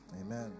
Amen